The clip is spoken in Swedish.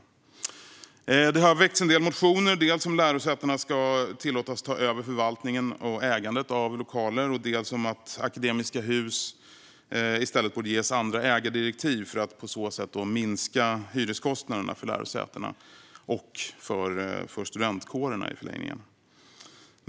Lärosätenas lokalförsörjning Det har väckts en del motioner, dels om att lärosätena ska tillåtas ta över förvaltningen och ägandet av lokaler, dels om att Akademiska Hus i stället borde ges andra ägardirektiv för att på så sätt minska hyreskostnaderna för lärosätena och i förlängningen för studentkårerna.